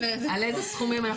על איזה סכומים אנחנו מדברים.